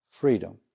freedom